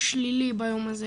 שלילי ביום הזה,